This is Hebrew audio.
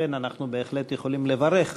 לכן אנחנו בהחלט יכולים לברך